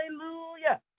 hallelujah